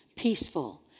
peaceful